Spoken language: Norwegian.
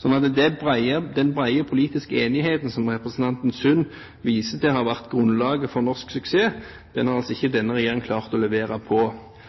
slik at når det gjelder den brede politiske enigheten som representanten Sund viste til har vært grunnlaget for norsk suksess, har altså ikke